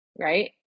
right